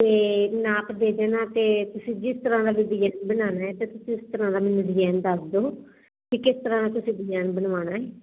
ਤੇ ਨਾਪ ਦੇ ਦੇਣਾ ਤੇ ਤੁਸੀਂ ਜਿਸ ਤਰ੍ਹਾਂ ਦਾ ਦੀਦੀ ਬਣਾਣਾ ਤੇ ਤੁਸੀਂ ਉਸ ਤਰ੍ਹਾਂ ਦਾ ਮੈਨੂੰ ਡਿਜ਼ਾਇਨ ਦੱਸ ਦੋ ਕਿ ਕਿਸ ਤਰ੍ਹਾਂ ਤੁਸੀਂ ਡਿਜ਼ਾਇਨ ਬਣਵਾਣਾ